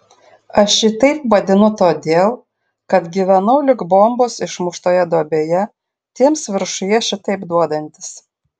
aš jį taip vadinu todėl kad gyvenau lyg bombos išmuštoje duobėje tiems viršuje šitaip duodantis